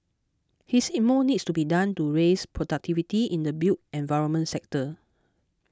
he said more needs to be done to raise productivity in the built environment sector